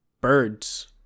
Birds